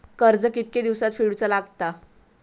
कर्ज कितके दिवसात फेडूचा लागता?